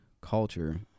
culture